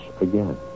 again